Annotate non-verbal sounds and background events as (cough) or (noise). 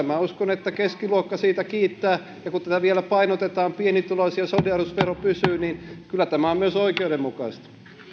(unintelligible) minä uskon että keskiluokka siitä kiittää ja kun tätä vielä painotetaan pienituloisiin ja solidaarisuusvero pysyy niin kyllä tämä on myös oikeudenmukaista